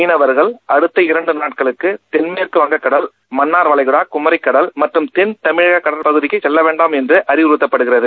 மீனவர்கள் அடுத்த இரண்டு நாட்களுக்கு தென்மேற்குக் வங்கக்கடல் மன்னார் வளைகுடா குமரிக்கடல் மற்றும் தென்தமிழக கடல் பகுதிக்கு செல்ல வேண்டாம் என்று அறிவுறுத்தப்படுகிறது